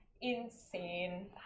Insane